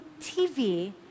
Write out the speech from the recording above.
TV